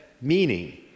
meaning